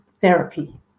therapy